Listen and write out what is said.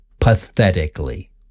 Pathetically